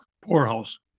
poorhouse